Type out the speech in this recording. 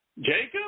Jacob